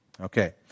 Okay